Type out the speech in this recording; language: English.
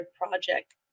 project